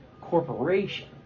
corporation